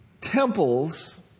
temples